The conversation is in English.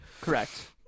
Correct